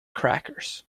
crackers